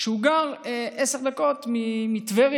כשהוא גר עשר דקות מטבריה.